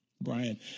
Brian